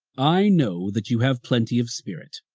i know that you have plenty of spirit.